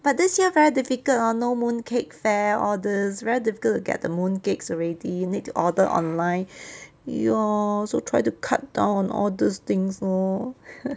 but this year very difficult lor no mooncake fair all these very difficult to get the mooncakes already need to order online ya so try to cut down on all those things lor